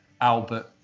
Albert